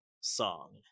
song